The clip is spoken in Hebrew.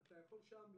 אתה יכול שם להכשיר,